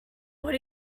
what